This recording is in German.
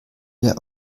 der